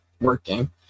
working